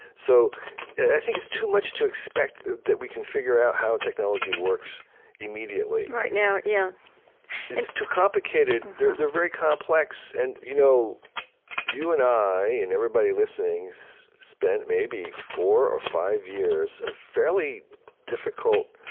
so i think it's too much to expect that we can figure out how technology works immediately right now, yeah it's too complicated. they're they're very complex. and you know you and i and everybody listening spent maybe four or five years of fairly difficult